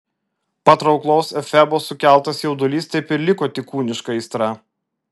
patrauklaus efebo sukeltas jaudulys taip ir liko tik kūniška aistra